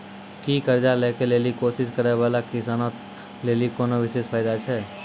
कि कर्जा लै के लेली कोशिश करै बाला किसानो लेली कोनो विशेष फायदा छै?